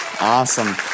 Awesome